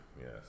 yes